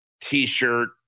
t-shirt